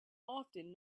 often